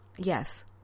Yes